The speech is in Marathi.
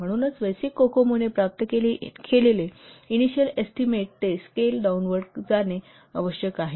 म्हणूनच बेसिक कोकोमो ने प्राप्त केलेले इनिशिअल एस्टीमेट ते स्केल डाउनवर्ड जाणे आवश्यक आहे